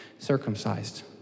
circumcised